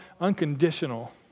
unconditional